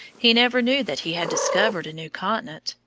he never knew that he had discovered a new continent,